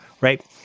right